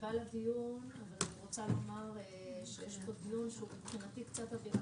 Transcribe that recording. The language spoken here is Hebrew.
מקשיבה לדיון ואני רוצה לומר שיש פה דיון שמבחינתי הוא קצת באוויר,